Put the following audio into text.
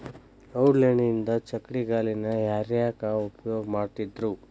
ಔಡಲ ಎಣ್ಣಿಯಿಂದ ಚಕ್ಕಡಿಗಾಲಿನ ಹೇರ್ಯಾಕ್ ಉಪಯೋಗ ಮಾಡತ್ತಿದ್ರು